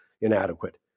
inadequate